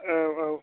औ औ